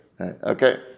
okay